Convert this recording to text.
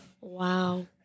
wow